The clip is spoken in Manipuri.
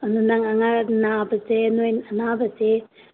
ꯑꯗꯨ ꯅꯪ ꯅꯥꯕꯁꯦ ꯅꯣꯏ ꯑꯅꯥꯕꯁꯦ